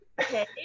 okay